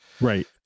Right